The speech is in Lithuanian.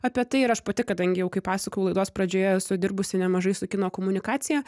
apie tai ir aš pati kadangi jau kaip pasakojau laidos pradžioje esu dirbusi nemažai su kino komunikacija